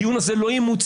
הדיון הזה לא ימוצה,